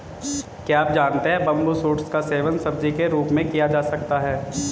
क्या आप जानते है बम्बू शूट्स का सेवन सब्जी के रूप में किया जा सकता है?